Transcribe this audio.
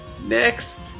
Next